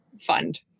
fund